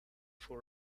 for